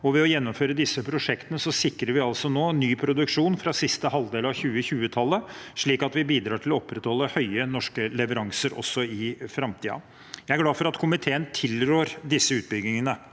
Ved å gjennomføre disse prosjektene sikrer vi altså nå ny produksjon fra siste halvdel av 2020-tal let, slik at vi bidrar til å opprettholde høye norske leveranser også i framtiden. Jeg er glad for at komiteen tilrår disse utbyggingene.